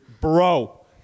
Bro